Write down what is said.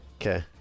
Okay